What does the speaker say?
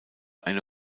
eine